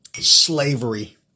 Slavery